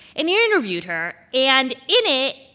and he interviewed her. and in it,